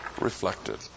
reflected